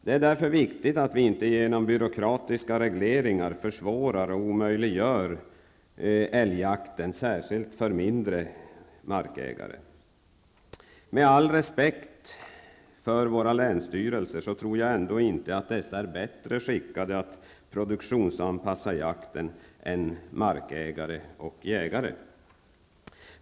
Det är därför viktigt att vi inte genom byråkratiska regleringar försvårar och omöjliggör älgjakten, särskilt för mindre markägare. Med all respekt för våra länsstyrelser tror jag ändå inte att dessa är bättre skickade att produktionsanpassa jakten än markägare och jägare.